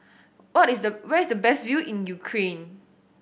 what is the where is the best view in Ukraine